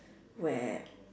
where